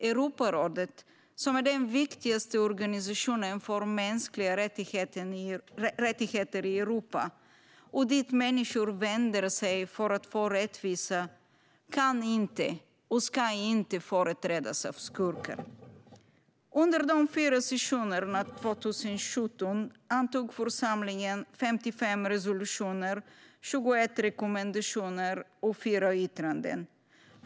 Europarådet, som är den viktigaste organisationen för mänskliga rättigheter i Europa och som människor vänder sig till för att få rättvisa, kan inte och ska inte företrädas av skurkar. Under de fyra sessionerna 2017 antog församlingen 55 resolutioner, 21 rekommendationer och fyra yttranden.